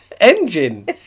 Engine